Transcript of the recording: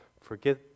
forget